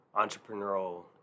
entrepreneurial